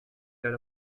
that